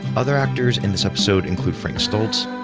other actors in this episode include frank stoltz,